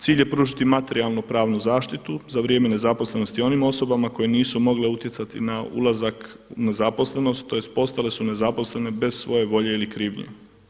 Cilj je pružiti materijalno-pravnu zaštitu za vrijeme nezaposlenosti onim osobama koje nisu mogle utjecati na ulazak nezaposlenost, tj. postale su nezaposlene bez svoje volje ili krivnje.